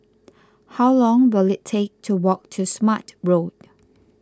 how long will it take to walk to Smart Road